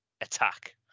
attack